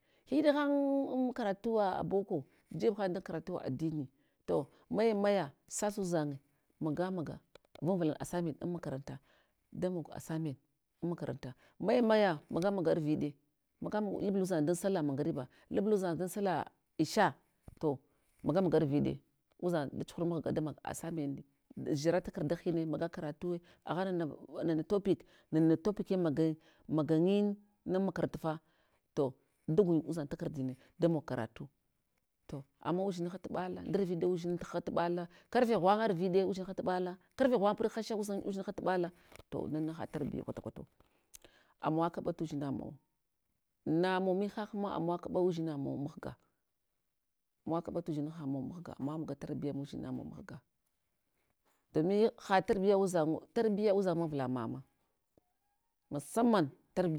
Hyihiɗa han an karatuwa boko jeb han dan karantuwa adini to maya maya sasa udzanye maga maga, vanvulal assignment an makaranta damog assisment an makaranta maya, maya maga maga arviɗe, maga mag lalbluvdzan da sallah magariba, lablu dzan dan sallah isha, to maga maga arviɗe udzan da chuhur mahga damag assignment da dzara takardahine maga karatuwe, agha nana, nana topic nana topic ke maganyi maganyil an makarantafa to dagunyi udzan takardine damog karatu, to udzinha tuɓala ndarviɗe udzinha tuɓala, karfe ghwanga arviɗe udzinha tuɓala karfe ghwanga puɗ hasha udzinha tuɓala to nana na ha tarbiya kwata kwatau, amawa kaɓa tudzina mau, namau mihahina amawa kaba uɗzina mawa mahga, amawa kaɓa tudzinha mawa mahga, ama maga tarbiya mudzina mawa mahga, domin ha tarbiya udzan'ngu, tarbiya udzanma avla mama masaman tar.